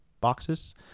boxes